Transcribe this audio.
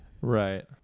Right